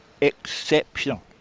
exceptional